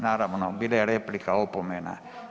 Naravno bila je replika, opomena.